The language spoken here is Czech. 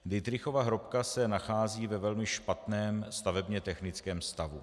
Dittrichova hrobka se nachází ve velmi špatném stavebně technickém stavu.